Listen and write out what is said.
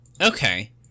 Okay